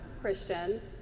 Christians